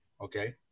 okay